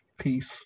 Peace